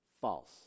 False